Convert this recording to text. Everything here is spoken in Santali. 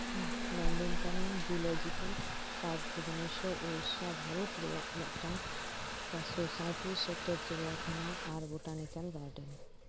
ᱱᱚᱱᱫᱚᱱᱠᱟᱱᱚᱱ ᱡᱤᱭᱳᱞᱚᱡᱤᱠᱮᱞ ᱯᱟᱨᱠ ᱵᱷᱩᱵᱚᱱᱮᱥᱥᱚᱨ ᱵᱷᱟᱨᱚᱛ ᱨᱮᱭᱟᱜ ᱢᱤᱫᱴᱟᱝ ᱪᱟᱨᱥᱚ ᱥᱟᱭᱛᱤᱨᱮᱥ ᱦᱮᱠᱴᱚᱨ ᱪᱤᱲᱭᱟᱠᱷᱟᱱᱟ ᱟᱨ ᱵᱳᱨᱴᱟᱱᱤᱠᱮᱞ ᱜᱟᱨᱰᱮᱱ